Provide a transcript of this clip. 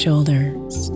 Shoulders